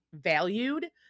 valued